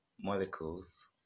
molecules